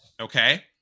Okay